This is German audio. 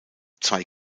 zwei